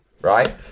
right